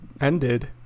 ended